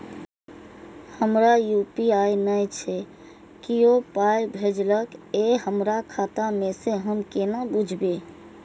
हमरा यू.पी.आई नय छै कियो पाय भेजलक यै हमरा खाता मे से हम केना बुझबै?